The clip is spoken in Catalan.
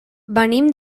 venim